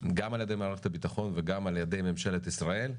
גם על ידי מערכת הביטחון וגם על ידי ממשלת ישראל.